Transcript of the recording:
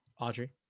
Audrey